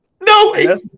no